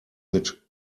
mit